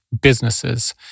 businesses